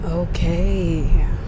Okay